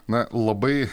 na labai